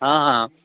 हॅं हॅं